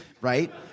right